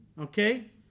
okay